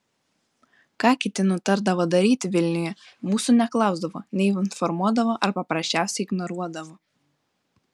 ką kiti nutardavo daryti vilniuje mūsų neklausdavo neinformuodavo ar paprasčiausiai ignoruodavo